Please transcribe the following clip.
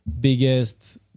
biggest